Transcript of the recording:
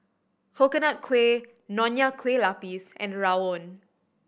Coconut Kuih Nonya Kueh Lapis and rawon